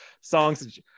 songs